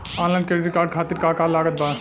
Online credit card खातिर का का लागत बा?